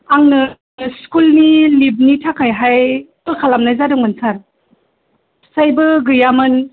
आङो स्कुलनि लिभनि थाखायहाय कल खालामनाय जादोंमोन सार फिसायबो गैयामोन